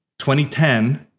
2010